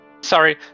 Sorry